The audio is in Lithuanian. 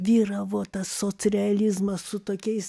vyravo tas socrializmas su tokiais